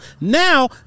Now